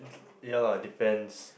ya lah depends